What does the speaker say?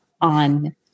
on